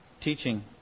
teaching